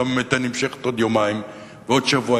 וגם אם היתה נמשכת עוד יומיים ועוד שבוע,